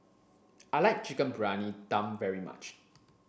I like Chicken Briyani Dum very much